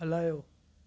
हलायो